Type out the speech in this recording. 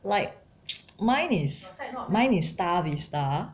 like mine is mine is star vista